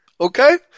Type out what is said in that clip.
Okay